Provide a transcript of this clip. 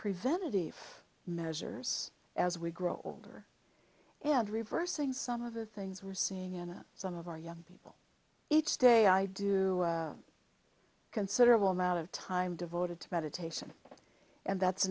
preventative measures as we grow older and reversing some of the things we are seeing in some of our young people each day i do considerable amount of time devoted to meditation and that's